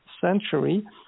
century